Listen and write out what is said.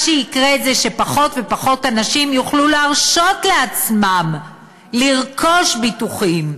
מה שיקרה זה שפחות ופחות אנשים יוכלו להרשות לעצמם לרכוש ביטוחים.